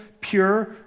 pure